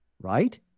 right